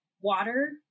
water